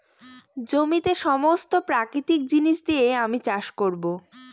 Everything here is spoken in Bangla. জমিতে সমস্ত প্রাকৃতিক জিনিস দিয়ে আমি চাষ করবো